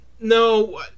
no